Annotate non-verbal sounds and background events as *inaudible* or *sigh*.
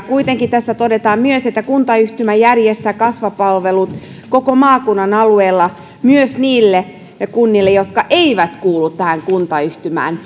*unintelligible* kuitenkin tässä todetaan myös että kuntayhtymä järjestää kasvupalvelut koko maakunnan alueella myös niille kunnille jotka eivät kuulu tähän kuntayhtymään *unintelligible*